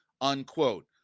unquote